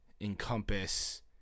encompass